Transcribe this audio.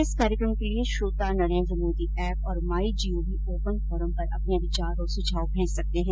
इस कार्यक्रम के लिए श्रोता नरेन्द्र मोदी एप और माई जीओवी ओपन फोरम पर अपने विचार और सुझाव भेज सकते हैं